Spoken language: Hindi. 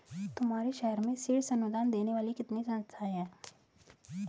तुम्हारे शहर में शीर्ष अनुदान देने वाली कितनी संस्थाएं हैं?